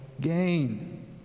gain